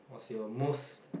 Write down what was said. it's your most